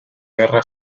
guerra